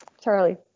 Charlie